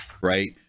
right